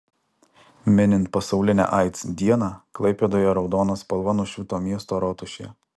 minint pasaulinę aids dieną klaipėdoje raudona spalva nušvito miesto rotušė